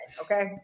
okay